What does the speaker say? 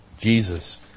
Jesus